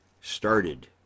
Started